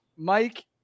Mike